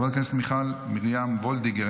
חברת הכנסת מיכל מרים וולדיגר,